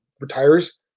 retires